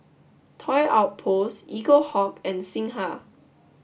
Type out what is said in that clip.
Toy Outpost Eaglehawk and Singha